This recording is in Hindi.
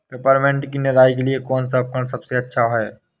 पिपरमिंट की निराई के लिए कौन सा उपकरण सबसे अच्छा है?